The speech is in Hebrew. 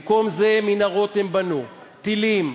במקום זה, מנהרות הם בנו, טילים,